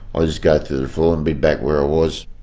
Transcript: ah just go through the floor and be back where i was.